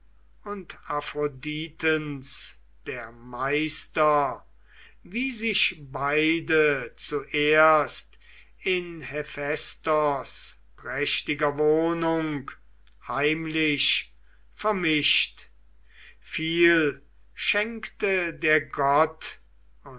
und aphroditens der meister wie sich beide zuerst in hephaistos prächtiger wohnung heimlich vermischt viel schenkte der gott